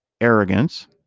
arrogance